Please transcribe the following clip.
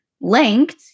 linked